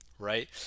right